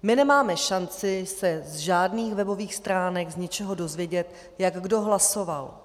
My nemáme šanci se z žádných webových stránek, z ničeho dozvědět, jak kdo hlasoval.